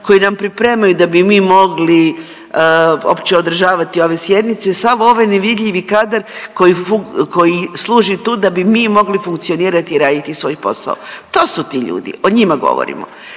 koji nam pripremaju da bi mi mogli uopće održavati ove sjednice, sav ovaj nevidljivi kadar koji služi tu da bi mi mogli funkcionirati i raditi svoj posao. To su ti ljudi o njima govorimo.